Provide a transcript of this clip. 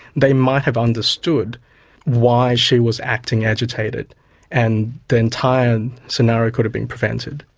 they might have understood why she was acting agitated and the entire scenario could have been prevented.